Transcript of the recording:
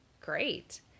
great